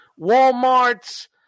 Walmart's